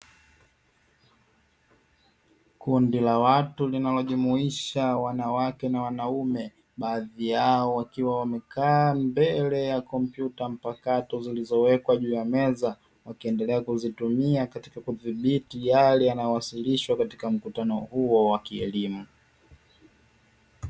Kundi la watu linalojumuisha wanawake na wanaume baadhi yao wakiwa wamekaa mbele ya kompyuta mpakato zlizowekwa juu ya meza wakiendelea kuzitumia katika kudhibiti yale yanayowasilishwa katika mkutano huo wa kielimu.